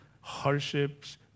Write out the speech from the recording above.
hardships